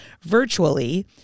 virtually